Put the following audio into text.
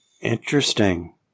Interesting